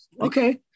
okay